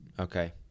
Okay